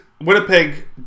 Winnipeg